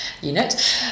unit